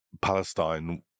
Palestine